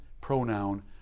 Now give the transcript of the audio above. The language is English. pronoun